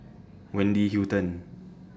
Wendy Hutton